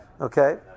Okay